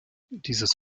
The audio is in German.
dieses